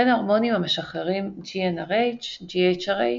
בין ההורמונים המשחררים TRH, GHRH,